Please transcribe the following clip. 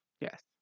Yes